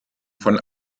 von